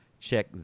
Check